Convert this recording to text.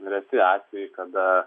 reti atvejai kada